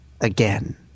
again